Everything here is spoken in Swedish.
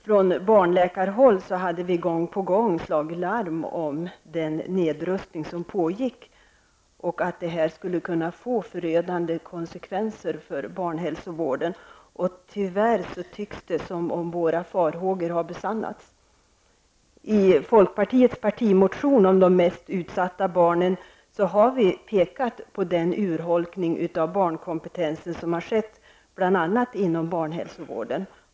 Från barnläkarhåll hade vi gång på gång slagit larm om att den nedrustning som pågick skulle kunna få förödande konsekvenser för barnhälsovården. Tyvärr tycks våra farhågor ha besannats. I folkpartiets partimotion om de mest utsatta barnen har vi pekat på den urholkning av barnkompetensen som har skett bl.a. inom barnhälsovården.